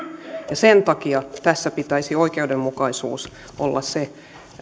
sen takia tässä pitäisi oikeudenmukaisuuden olla se